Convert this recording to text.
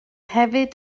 hefyd